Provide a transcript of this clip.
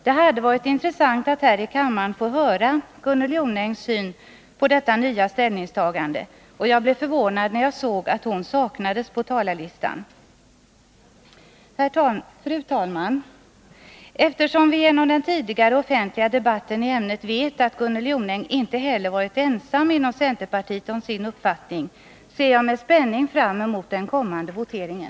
Det hade varit intressant att här i kammaren få höra Gunnel Jonängs syn på detta nya ställningstagande, och jag blev förvånad när jag såg att hon saknades på talarlistan. Fru talman! Eftersom vi genom den tidigare offentliga debatten i ämnet vet att Gunnel Jonäng inte varit ensam inom centerpartiet om sin uppfattning, ser jag med spänning fram mot den kommande voteringen.